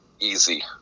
easy